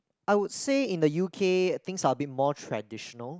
I would say in the U_K things are a bit more traditional